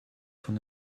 von